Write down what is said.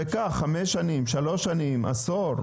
וקח חמש שנים, שלוש שנים, עשור.